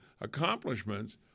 accomplishments